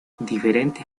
diferentes